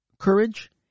Courage